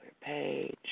page